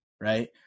Right